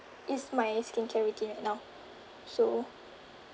it's my skincare routine now so